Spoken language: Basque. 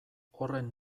horren